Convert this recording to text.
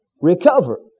recover